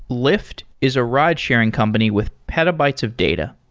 lyft is a ridesharing company with petabytes of data.